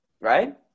Right